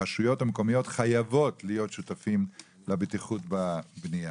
הרשויות המקומיות חייבות להיות שותפים לבטיחות בבנייה,